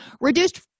Reduced